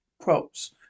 props